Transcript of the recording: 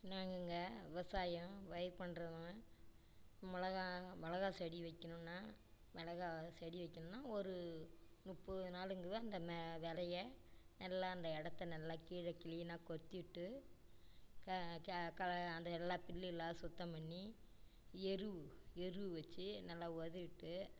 நாங்கங்க விவசாயம் பயிர் பண்ணுறோங்க மிளகா மிளகா செடி வைக்கணும்னா மிளகா செடி வைக்கணும்னா ஒரு முப்பது நாளுக்குதான் அந்த ம விதைய நல்லா அந்த இடத்த நல்லா கீழே க்ளீனாக கொத்திவிட்டு க க க அந்த எல்லா புல்லுல்லாம் சுத்தம் பண்ணி எரு எரு வச்சு நல்லா ஒதவிட்டு